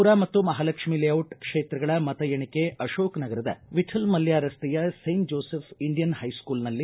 ಪುರ ಮತ್ತು ಮಹಾಲಕ್ಷ್ಮೀ ಲೇಔಟ್ ಕ್ಷೇತ್ರಗಳ ಮತ ಎಣಿಕೆ ಅಶೋಕನಗರದ ವಿಠಲ್ ಮಲ್ಯ ರಸ್ತೆಯ ಸೇಂಟ್ ಜೋಸೆಫ್ ಇಂಡಿಯನ್ ಹೈಸ್ಕೂಲ್ನಲ್ಲಿ